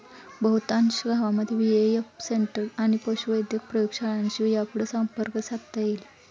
बहुतांश गावांमध्ये BAF centre आणि पशुवैद्यक प्रयोगशाळांशी यापुढं संपर्क साधता येईल